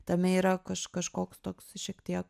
tame yra kaž kažkoks toks šiek tiek